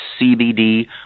cbd